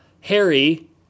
Harry